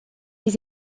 les